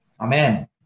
Amen